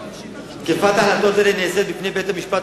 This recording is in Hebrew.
תקיפת החלטות אלה נעשית בפני בית-המשפט